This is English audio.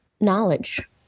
knowledge